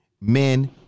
men